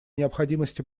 необходимости